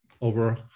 over